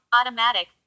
Automatic